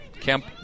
Kemp